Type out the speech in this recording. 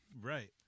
Right